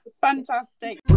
fantastic